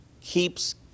keeps